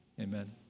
Amen